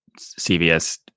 CVS